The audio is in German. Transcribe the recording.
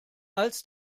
als